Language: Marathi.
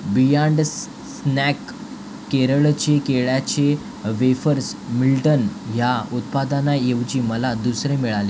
बियांड स्नॅक केरळचे केळ्याचे वेफर्स मिल्टन ह्या उत्पादनाऐवजी मला दुसरे मिळाले